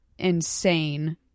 insane